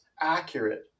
accurate